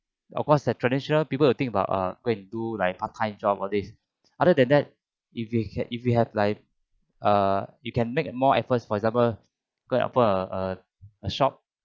of course the traditional people will think about uh go and do like part time job all these other than that if you can if you have like err you can make it more efforts for example go and open a a shop